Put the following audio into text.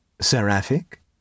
Seraphic